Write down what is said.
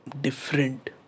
different